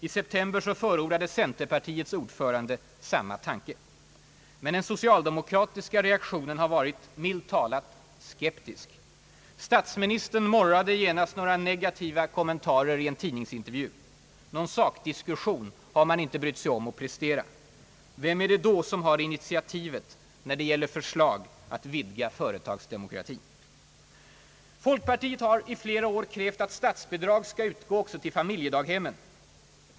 I september förordade centerpartiets ordförande samma tanke. — Men den socialdemokratiska reaktionen har varit, milt talat, skeptisk. Statsministern morrade genast några negativa kommentarer i en tidningsintervju. Någon sakdiskussion har man inte brytt sig om att prestera. Vem är det då som har initiativet när det gäller förslag att vidga företagsdemokratin? Folkpartiet har i flera år krävt att statsbidrag skall utgå också till familjedaghem.